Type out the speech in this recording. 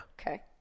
Okay